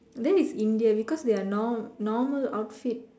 that one is India because we are nor~ normal outfit